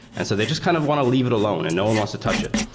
and so they just kind of want to leave it alone and no one wants to touch it,